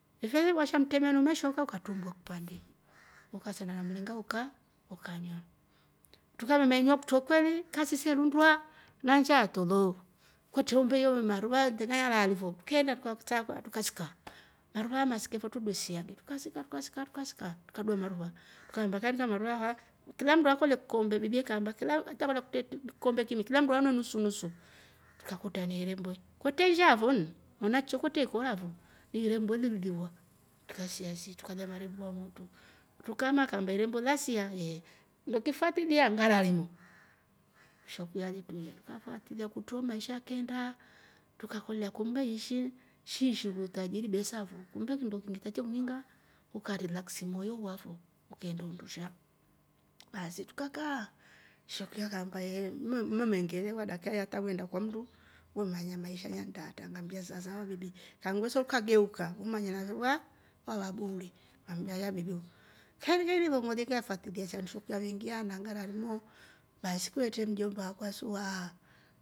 Ife umesha mtremeni umeshoka uktrumbua kipande ukasanda na mringa ukasanda na mringa ukanywa. ukamenywa kutro kweli kasi se ruundwa na nshaa tolo kwetre umbe yo maruva tena yalaali fo trukeenda tukasika, maruva aah masike twredua siagi, treukasika trukasika trukasika trukaduamaruva trukaamba akaindika maruva aaha kila mndu aduve kikombe bibi akaamba kila mndu anywe nusu nusu, trukakuta na irembwe kwetre nshaa fo na nnchio kwetre ikora fo ni irembwe lee liwa trukasia sii tukalya na irembwe lamotru, truka maa akaamba irembwe lasia? Yee, inndo nge fatilia ni ngararimo shekuyo alitruiya kafatilia kutro maisha yakeenda, trukakolya kumbe iishi shi utajiri besa fo kumbe king'ndo king'iita che kuininga ukarilaksi moyo wo wafo ukeenda undusha. Baasi tuka kaa shekuyo akaamba yee mmengeelewa dakikayi hata weenda kwa mndu we manya dakika yi maisha yannda atra ngambia sava sava bibi, kangvesha ukageuka umanye nafe wa- wawabuure kaindi ngilolye ngaefatilia se msheku kaveengiya ha mangararimo baasi kwevetre mjomba akwa siju waa